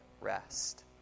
rest